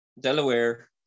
Delaware